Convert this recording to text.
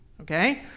Okay